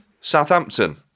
Southampton